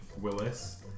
Willis